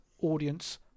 audience